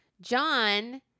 John